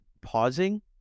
pausing